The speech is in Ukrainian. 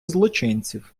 злочинців